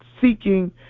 seeking